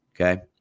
Okay